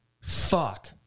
fuck